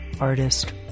artist